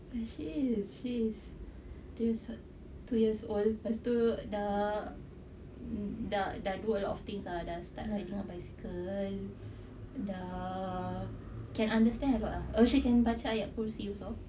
she is she is two years old pastu dah dah dah do a lot of things lah then start riding a bicycle oh dah can understand a lot ah oh she can baca ayat kursi also